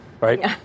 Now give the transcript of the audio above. Right